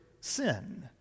Sin